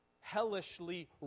hellishly